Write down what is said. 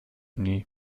nie